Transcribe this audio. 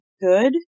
good